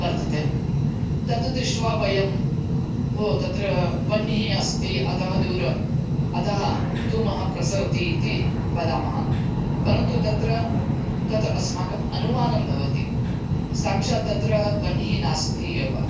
वर्तते तद् दृष्ट्वा वयम् ओ तत्र वह्निः अस्ति अतः दूर अतः धूमः प्रसरति इति वदामः परन्तु तत्र तत् अस्माकम् अनुमानं भवति साक्षात् तत्र वह्निः नास्ति एव